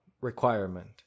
requirement